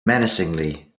menacingly